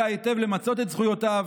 יודע היטב למצות את זכויותיו,